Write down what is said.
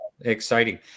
Exciting